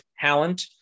talent